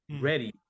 ready